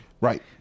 Right